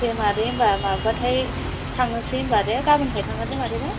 दे मादै होमबा माबाबाथाय थांनोसै होमबा दे गाबोननिफ्राय थांगोन दे मादै दे